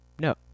No